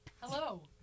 hello